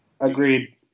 Agreed